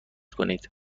کنید